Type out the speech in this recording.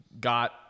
got